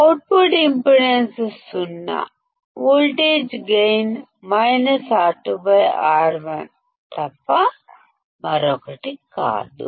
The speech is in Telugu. అవుట్పుట్ఇంపిడెన్స్ సున్నా voltage gain minus R2 R1 తప్ప మరొకటి కాదు